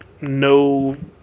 no